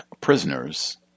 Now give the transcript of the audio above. prisoners